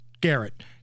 garrett